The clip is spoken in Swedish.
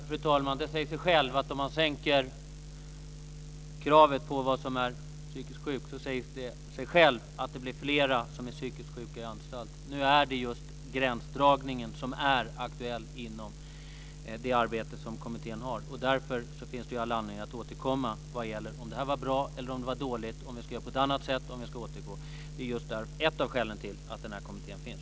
Fru talman! Det säger sig självt att det blir fler som är psykiskt sjuka på anstalt om kravet för att anses som psykiskt sjuk sänks. Just gränsdragningen är aktuell inom kommitténs arbete. Därför finns all anledning att återkomma med bedömningen av om detta är bra eller dåligt. Det är ett av skälen till att kommittén finns.